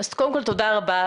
אז קודם כל תודה רבה,